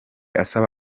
asaba